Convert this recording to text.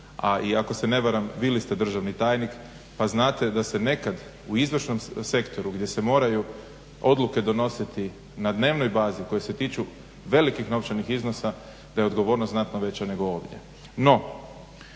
a i ako se ne varam bili ste državni tajnik pa znate da se nekad u izvršnom sektoru gdje se moraju odluke donositi na dnevnoj bazi koje se tiču velikih novčanih iznosa da je odgovornost znatno veća nego ovdje.